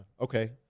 Okay